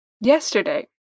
yesterday